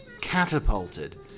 catapulted